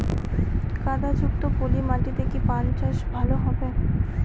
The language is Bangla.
কাদা যুক্ত পলি মাটিতে কি পান চাষ ভালো হবে?